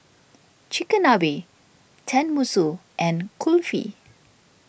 Chigenabe Tenmusu and Kulfi